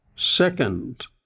Second